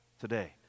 today